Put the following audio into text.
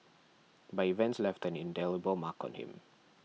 but events left an indelible mark on him